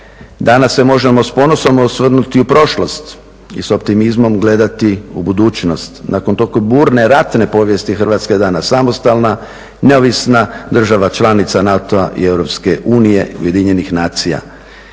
Danas se možemo s ponosom osvrnuti u prošlost i s optimizmom gledati u budućnost, nakon tolike burne ratne povijesti, Hrvatska je danas samostalna, neovisna država članica NATO-a i EU, Ujedinjenih nacija.